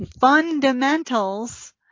fundamentals